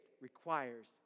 requires